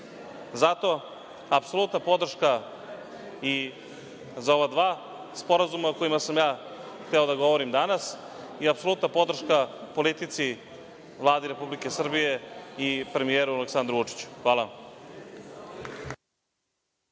Zato apsolutna podrška i za ova dva sporazuma o kojima sam hteo da govorim danas i apsolutna podrška politici Vlade Republike Srbije i premijeru Aleksandru Vučiću. Hvala